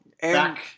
Back